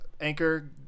anchor